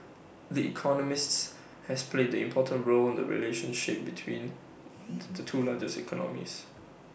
the economist has played an important role in the relationship between the two largest economies